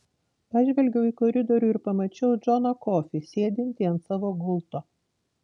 pažvelgiau į koridorių ir pamačiau džoną kofį sėdintį ant savo gulto